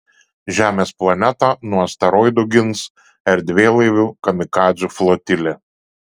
žemės planetą nuo asteroidų gins erdvėlaivių kamikadzių flotilė